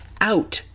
out